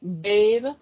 babe